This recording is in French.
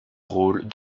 rôles